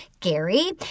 Gary